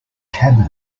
cabin